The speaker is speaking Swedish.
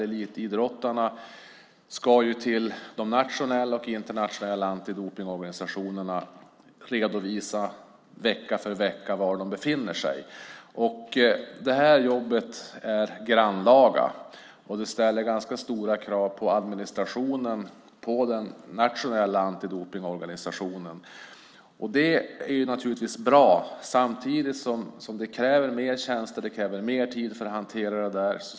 Elitidrottarna ska till de nationella och internationella antidopningsorganisationerna redovisa vecka för vecka var de befinner sig. Det här jobbet är grannlaga. Det ställer ganska stora krav på administrationen i den nationella antidopningsorganisationen. Det är naturligtvis bra, samtidigt som det kräver mer tjänster och mer tid för att hantera detta.